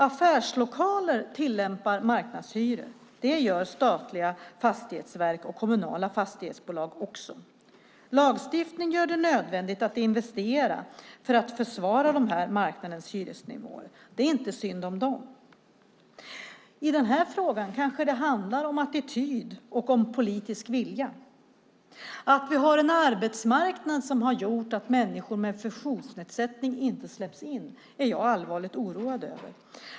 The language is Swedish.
Affärslokaler tillämpar marknadshyror; det gör statliga fastighetsverk och kommunala fastighetsbolag också. Lagstiftning gör det nödvändigt att investera för att försvara marknadens hyresnivåer, så det är inte synd om dem. I denna fråga kanske det handlar om attityd och politisk vilja. Att vi har en arbetsmarknad som har gjort att människor med funktionsnedsättning inte släpps in är jag allvarligt oroad över.